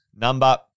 number